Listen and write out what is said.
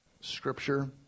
Scripture